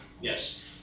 Yes